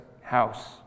house